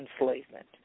enslavement